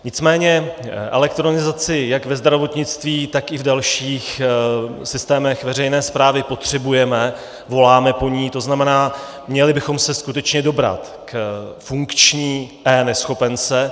Nicméně elektronizaci jak ve zdravotnictví, tak i v dalších systémech veřejné správy potřebujeme, voláme po ní, to znamená, měli bychom se skutečně dobrat k funkční eNeschopence.